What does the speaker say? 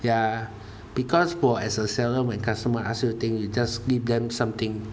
ya because for as a seller when customer ask you thing you just give them something